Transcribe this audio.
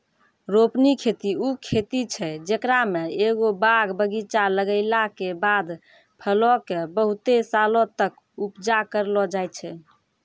रोपनी खेती उ खेती छै जेकरा मे एगो बाग बगीचा लगैला के बाद फलो के बहुते सालो तक उपजा करलो जाय छै